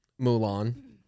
Mulan